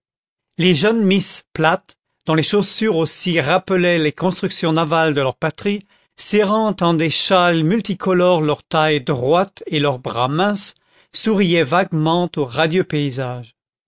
les jeunes misses plates dont les chaussures aussi rappelaient les constructions navales de leur patrie serrant en des châles multicolores leur taille droite et leurs bras minces souriaient vaguement au radieux paysage